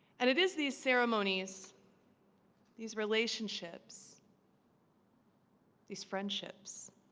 and it is these ceremonies these relationships these friendships